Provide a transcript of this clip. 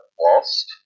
Lost